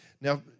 Now